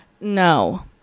no